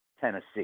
Tennessee